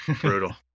Brutal